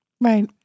Right